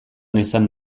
nezan